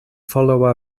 follow